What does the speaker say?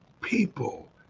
people